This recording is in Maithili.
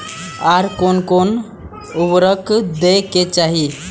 आर कोन कोन उर्वरक दै के चाही?